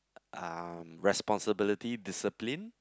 um responsibility discipline